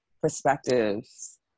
perspectives